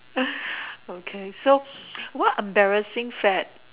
okay so what embarrassing fad